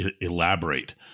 elaborate